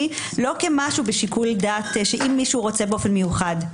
לא כמשהו בשיקול דעת שאם מישהו רוצה באופן מיוחד.